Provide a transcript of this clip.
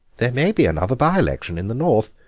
there may be another by-election in the north,